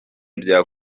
bya